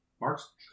Marks